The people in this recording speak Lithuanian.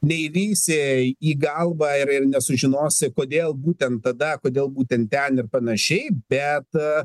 neįlįsi į galvą ir nesužinosi kodėl būtent tada kodėl būtent ten ir pan bet